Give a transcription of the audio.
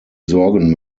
sorgen